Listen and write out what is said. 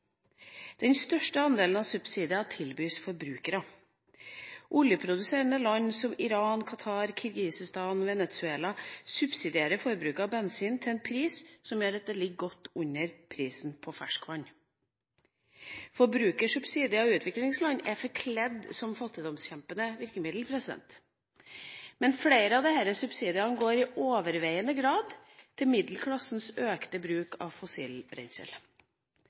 Den største andelen av subsidier tilbys forbrukere. Oljeproduserende land som Iran, Qatar, Kirgisistan og Venezuela subsidierer forbruket av bensin til en pris som gjør at bensinprisen ligger godt under prisen på ferskvann. Forbrukersubsidier i utviklingsland er forkledd som fattigdomsbekjempende virkemidler. Men flere av disse subsidiene går i overveiende grad til middelklassens økte bruk av fossilt brensel.